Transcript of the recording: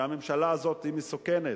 שהממשלה הזאת היא מסוכנת,